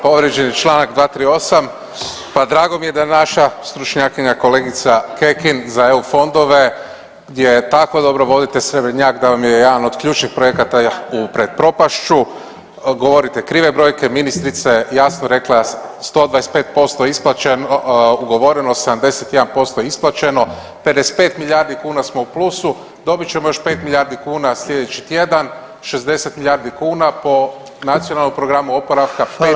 Povrijeđen je Članak 238., pa drago mi je da naša stručnjakinja kolegica Kekin za EU fondove gdje tako dobro vodite Srebrnjak da vam je jedan od ključnih projekata pred propašću, govorite krive brojke, ministrica je jasno rekla 125% isplaćeno, ugovoreno, 71% isplaćeno, 55 milijardi kuna smo u plusu, dobit ćemo još 5 milijardi kuna slijedeći tjedan, 60 milijardi kuna po Nacionalnom programu oporavka, 5 smo u EU.